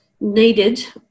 needed